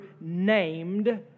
named